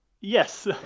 Yes